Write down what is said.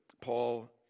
Paul